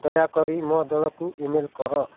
ଦୟାକରି ମୋ ଦଳକୁ ଇମେଲ୍ କର